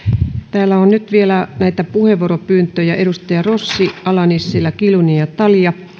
täällä on nyt vielä näitä puheenvuoropyyntöjä edustaja rossi ala nissilä kiljunen ja talja